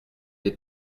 des